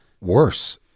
worse